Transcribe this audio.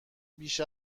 بیش